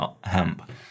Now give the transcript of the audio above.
hemp